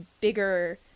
bigger